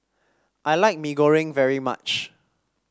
I like Mee Goreng very much